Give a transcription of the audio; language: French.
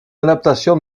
adaptation